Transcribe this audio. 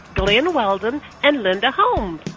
glen weldon and linda holmes.